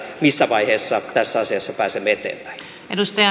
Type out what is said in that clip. missä vaiheessa tässä asiassa pääsemme eteenpäin